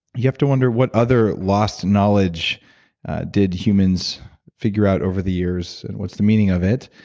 you have to wonder what other lost knowledge did humans figure out over the years. and what's the meaning of it?